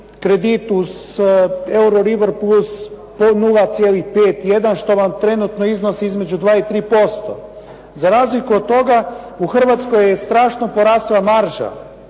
kredit uz Euroribor plus 0.5, 1, što vam trenutno iznosi između 2 i 3%. Za razliku od toga, u Hrvatskoj je strašno porasla marža.